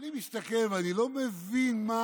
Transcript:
אני מסתכל ואני לא מבין מה